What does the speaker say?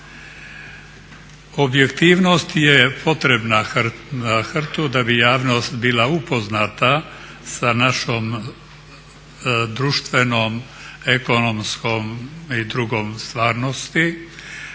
Objektivnost je potrebna HRT-u da bi javnost bila upoznata sa našom društvenom, ekonomskom i drugom stvarnosti,